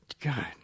God